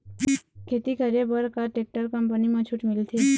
खेती करे बर का टेक्टर कंपनी म छूट मिलथे?